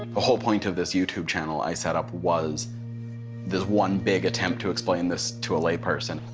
the whole point of this youtube channel i set up was this one big attempt to explain this to a layperson.